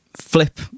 flip